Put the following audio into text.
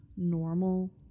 Normal